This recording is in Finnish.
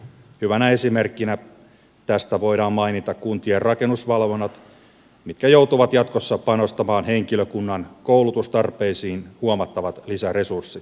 hyvänä esimerkkinä tästä voidaan mainita kuntien rakennusvalvonnat jotka joutuvat jatkossa panostamaan henkilökunnan koulutustarpeisiin huomattavat lisäresurssit